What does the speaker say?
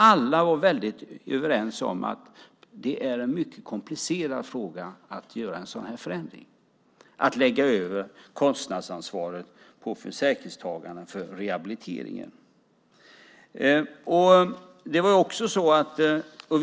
Alla var överens om att det är en mycket komplicerad fråga att göra en sådan här förändring - att lägga över kostnadsansvaret för rehabiliteringen på försäkringstagarna.